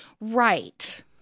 right